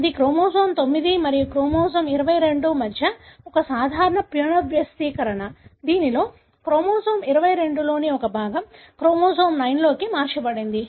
ఇది క్రోమోజోమ్ 9 మరియు క్రోమోజోమ్ 22 మధ్య ఒక సాధారణ పునర్వ్యవస్థీకరణ దీనిలో క్రోమోజోమ్ 22 లోని ఒక భాగం క్రోమోజోమ్ 9 కి మార్చబడుతుంది